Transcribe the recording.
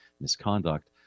misconduct